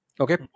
Okay